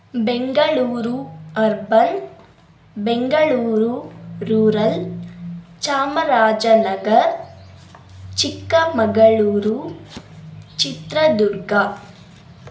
Bengaluru urban Bengaluru rural Chamarajanagar Chikkamagaluru Chitradurga